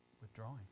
withdrawing